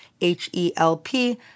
H-E-L-P